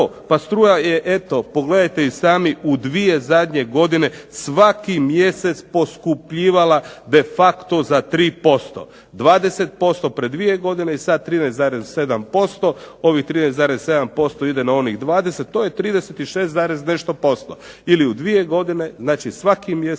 pa struja je, pogledajte i sami u 2 zadnje godine svaki mjesec poskupljivala de facto za 3%. 20% pred 2 godine i sad 13,7%. Ovih 13,7% ide na onih 20, to je 36,7%. Ili u 2 godine znači svaki mjesec